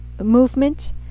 movement